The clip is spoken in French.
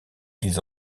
ils